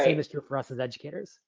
same is true for us as educators.